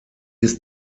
ist